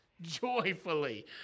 joyfully